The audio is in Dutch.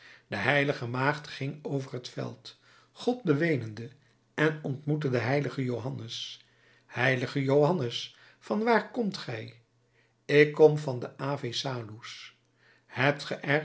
de h maagd ging over het veld god beweenende en ontmoette den h johannes h johannes van waar komt gij ik kom van de ave salus hebt